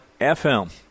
FM